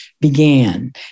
began